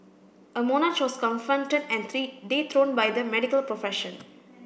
a monarch was confronted and dethroned by the medical profession